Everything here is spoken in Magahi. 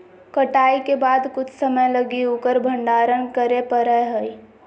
कटाई के बाद कुछ समय लगी उकर भंडारण करे परैय हइ